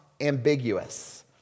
ambiguous